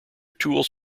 tools